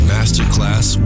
Masterclass